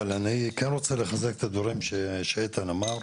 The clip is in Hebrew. אבל אני כן רוצה לחזק את הדברים שאיתן אמר.